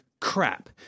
Crap